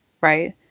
right